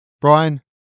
Brian